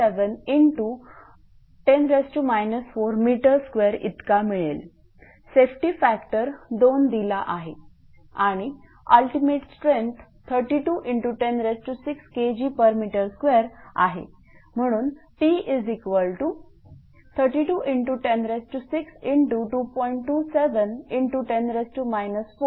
27×10 4m2 इतका मिळेल safety factor 2दिला आहे आणि अल्टिमेट स्ट्रेंथ 32×106Kgm2आहे